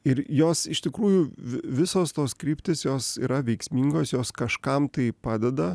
ir jos iš tikrųjų vi visos tos kryptys jos yra veiksmingos jos kažkam tai padeda